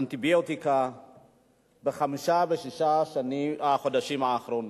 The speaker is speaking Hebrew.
אנטיביוטיקה בחמישה-שישה החודשים האחרונים.